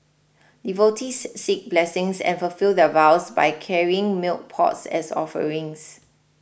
devotees seek blessings and fulfil their vows by carrying milk pots as offerings